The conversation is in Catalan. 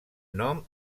nom